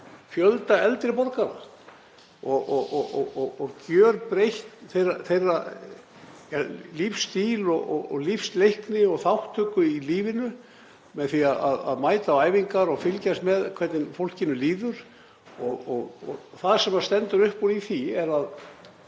fjölda eldri borgara, gjörbreytt þeirra lífsstíl og lífsleikni og þátttöku í lífinu með því að mæta á æfingar og fylgjast með hvernig fólkinu líður. Það sem stendur upp úr í því er að